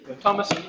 Thomas